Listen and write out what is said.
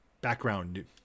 background